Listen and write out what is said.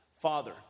Father